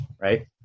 right